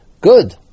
Good